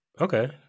Okay